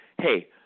hey